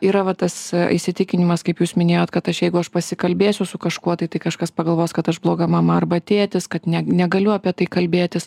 yra va tas įsitikinimas kaip jūs minėjot kad aš jeigu aš pasikalbėsiu su kažkuo tai tai kažkas pagalvos kad aš bloga mama arba tėtis kad ne negaliu apie tai kalbėtis